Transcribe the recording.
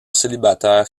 célibataire